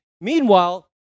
Meanwhile